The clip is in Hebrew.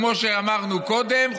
כמו שאמרנו קודם,